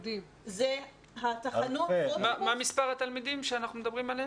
מה מספר התלמידים שאנחנו מדברים עליהם?